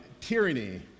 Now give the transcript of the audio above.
tyranny